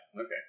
Okay